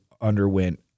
underwent